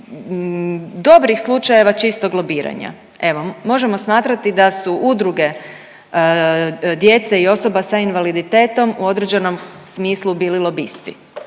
dobrih slučajeva čistog lobiranja. Evo možemo smatrati da su udruge djece i osoba sa invaliditetom u određenom smislu bili lobisti,